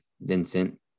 vincent